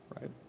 right